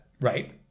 Right